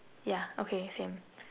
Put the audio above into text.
yeah okay same